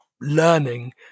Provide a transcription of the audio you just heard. learning